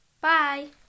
Bye